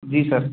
जी sir